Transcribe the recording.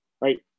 right